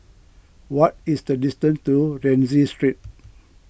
what is the distance to Rienzi Street